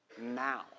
now